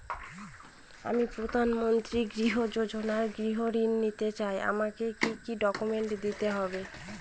আমি প্রধানমন্ত্রী গৃহ ঋণ যোজনায় গৃহ ঋণ নিতে চাই আমাকে কি কি ডকুমেন্টস দিতে হবে?